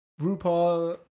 RuPaul